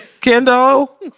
Kendall